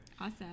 awesome